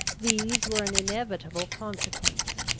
these were an inevitable consequence.